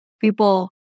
people